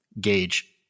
gauge